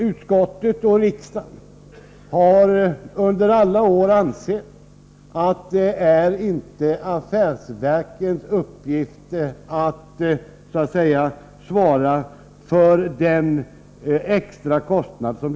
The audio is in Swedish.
Utskottet och riksdagen har under alla år ansett att det inte är affärsverkens uppgift att svara för de extra kostnaderna.